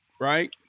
right